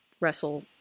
Wrestle